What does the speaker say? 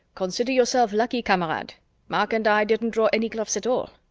consider yourself lucky, kamerad. mark and i didn't draw any gloves at all.